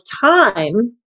time